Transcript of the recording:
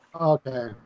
Okay